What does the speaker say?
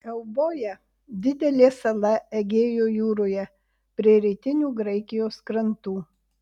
euboja didelė sala egėjo jūroje prie rytinių graikijos krantų